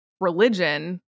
religion